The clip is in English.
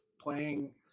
playing